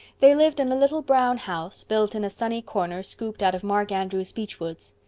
they lived in a little brown house built in a sunny corner scooped out of mark andrew's beech woods.